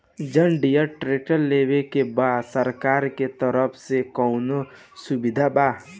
John Deere tractor लेवे के बा सरकार के तरफ से कौनो सुविधा बा?